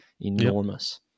enormous